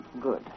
Good